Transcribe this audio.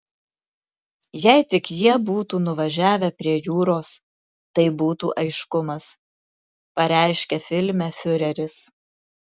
jei tik jie būtų nuvažiavę prie jūros tai būtų aiškumas pareiškia filme fiureris